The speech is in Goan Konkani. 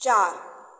चा